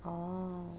oh